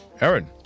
Aaron